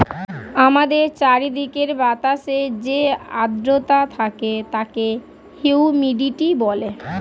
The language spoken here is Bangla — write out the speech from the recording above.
আমাদের চারিদিকের বাতাসে যে আর্দ্রতা থাকে তাকে হিউমিডিটি বলে